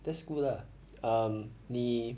that's good lah um 你